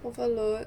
overload